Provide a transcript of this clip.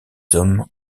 hommes